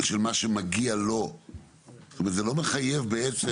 מה ששלחנו לבין התיקון של היושב-ראש עכשיו.